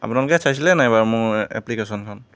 আপোনালোকে চাইছিলে নে নাই বাৰু মোৰ এপ্লিকেশ্যনখন